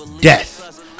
death